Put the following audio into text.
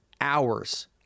hours